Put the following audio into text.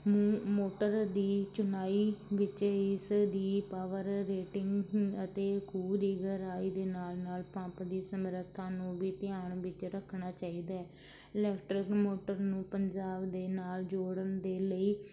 ਮੂ ਮੋਟਰ ਦੀ ਚੁਨਾਈ ਵਿੱਚ ਇਸ ਦੀ ਪਾਵਰ ਰੇਟਿੰਗ ਅਤੇ ਖੂਹ ਦੀ ਗਹਿਰਾਈ ਦੇ ਨਾਲ ਨਾਲ ਪੰਪ ਦੀ ਸਮਰਥਾ ਨੂੰ ਵੀ ਧਿਆਨ ਵਿੱਚ ਰੱਖਣਾ ਚਾਹੀਦਾ ਹੈ ਲੈਕਟਰਿਕ ਮੋਟਰ ਨੂੰ ਪੰਜਾਬ ਦੇ ਨਾਲ ਜੋੜਨ ਦੇ ਲਈ